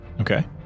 Okay